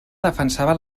defensava